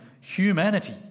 humanity